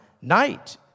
night